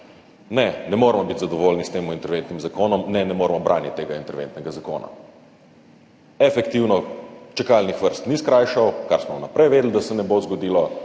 Ne, ne moremo biti zadovoljni s tem interventnim zakonom, ne, ne moremo braniti tega interventnega zakona. Efektivno čakalnih vrst ni skrajšal, kar smo vnaprej vedeli, da se ne bo zgodilo,